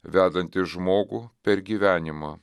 vedantis žmogų per gyvenimą